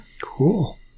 cool